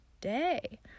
day